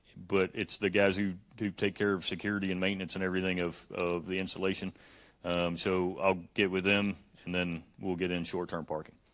but it's the guys who take care of security and maintenance and everything of of the installation so i'll get with them and then we'll get in short-term parking